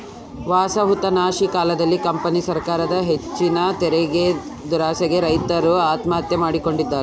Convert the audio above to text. ವಸಾಹತುಶಾಹಿ ಕಾಲದಲ್ಲಿ ಕಂಪನಿ ಸರಕಾರದ ಹೆಚ್ಚಿನ ತೆರಿಗೆದುರಾಸೆಗೆ ರೈತರು ಆತ್ಮಹತ್ಯೆ ಮಾಡಿಕೊಂಡಿದ್ದಾರೆ